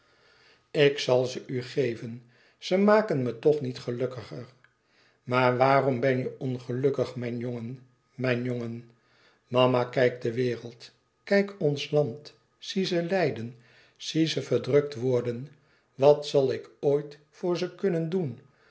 ik zal ze u geven ze maken me toch niet gelukkiger maar waarom ben je ongelukkig mijn jongen mijn jongen mama kijk de wereld kijk ons land zie ze lijden zie ze verdrukt worden wat zal ik ooit voor ze kunnen doen